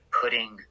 putting